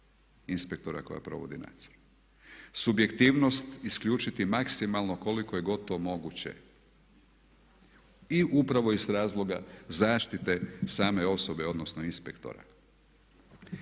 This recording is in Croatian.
inspektora koji provodi nadzor. Subjektivnost isključit maksimalno koliko je gotovo moguće i u upravo iz razloga zaštite same osobe odnosno inspektora.